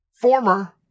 former